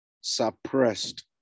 suppressed